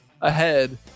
ahead